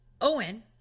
Owen